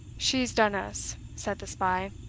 she's done us, said the spy.